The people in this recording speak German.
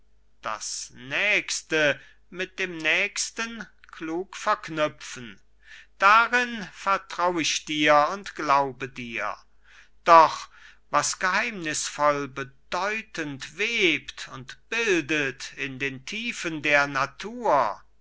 das nächste mit dem nächsten klug verknüpfen darin vertrau ich dir und glaube dir doch was geheimnisvoll bedeutend webt und bildet in den tiefen der natur